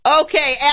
Okay